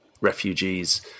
refugees